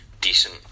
decent